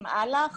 עם אל"ח